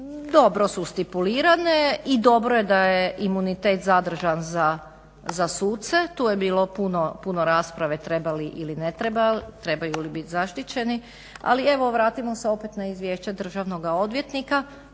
dobro su stipulirane i dobro je da je imunitet zadržan za suce. Tu je bilo puno rasprave treba li ili ne trebaju li biti zaštićeni. Ali evo vratimo se opet na izvješća državnog odvjetnika